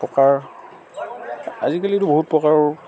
কুকুৰা আজিকালিতো বহুত প্ৰকাৰৰ